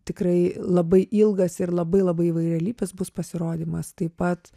tikrai labai ilgas ir labai labai įvairialypis bus pasirodymas taip pat